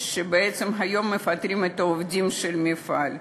שהיום מפטרים בעצם את העובדים של המפעל.